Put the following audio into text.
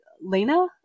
lena